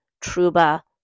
Truba